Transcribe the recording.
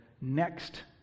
next